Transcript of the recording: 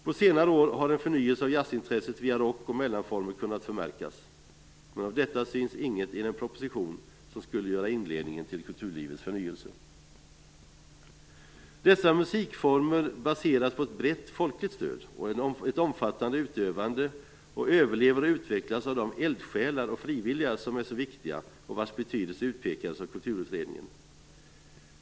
På senare år har en förnyelse av jazzintresset via rock och mellanformer kunnat förmärkas. Av detta syns inget i den proposition som skulle utgöra inledningen till en kulturlivets förnyelse. Dessa musikformer baseras på ett brett folkligt stöd och ett omfattande utövande och överlever och utvecklas genom de eldsjälar som är så viktiga och vars betydelse utpekats av Kulturutredningen.